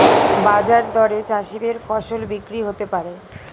বাজার দরে চাষীদের ফসল বিক্রি হতে পারে